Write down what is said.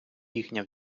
їхня